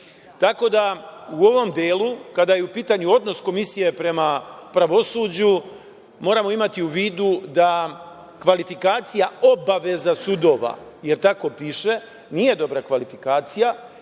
da, u ovom delu kada je u pitanju odnos komisije prema pravosuđu moramo imati u vidu da kvalifikacija obaveza sudova, jer tako piše, nije dobra kvalifikacija